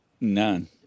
None